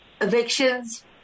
evictions